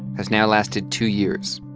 has now lasted two years